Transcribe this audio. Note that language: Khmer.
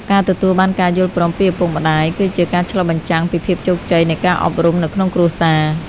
ការទទួលបានការយល់ព្រមពីឪពុកម្ដាយ គឺជាការឆ្លុះបញ្ចាំងពីភាពជោគជ័យនៃការអប់រំនៅក្នុងគ្រួសារ។